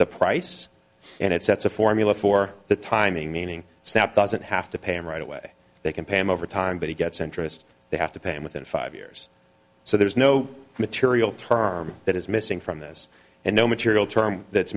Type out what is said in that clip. the price and it sets a formula for the timing meaning sat doesn't have to pay him right away they can pam over time but he gets interest they have to pay him within five years so there is no material term that is missing from this and no material term that's